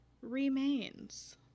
remains